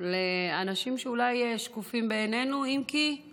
לאנשים שאולי שקופים בעינינו, אם כי אני